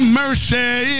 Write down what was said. mercy